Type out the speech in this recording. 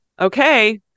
Okay